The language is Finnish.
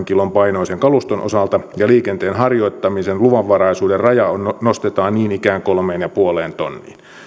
kilon painoisen kaluston osalta ja liikenteen harjoittamisen luvanvaraisuuden raja nostetaan niin ikään kolmeen pilkku viiteen tonniin